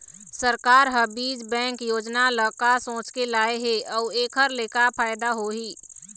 सरकार ह बीज बैंक योजना ल का सोचके लाए हे अउ एखर ले का फायदा होही?